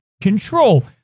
control